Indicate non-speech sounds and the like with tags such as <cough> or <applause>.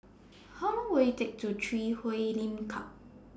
<noise> How Long Will IT Take to Walk to Chui Huay Lim Club